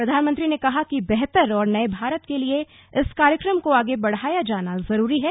प्रधानमंत्री ने कहा कि बेहतर और नये भारत के लिए इस कार्यक्रम को आगे बढ़ाया जाना जरूरी है